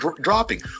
dropping